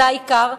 זה העיקר,